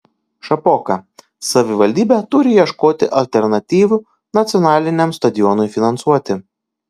šapoka savivaldybė turi ieškoti alternatyvų nacionaliniam stadionui finansuoti